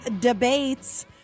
debates